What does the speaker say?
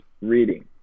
reading